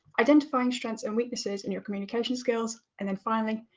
identifying strengths and weaknesses in your communication skills, and then finally,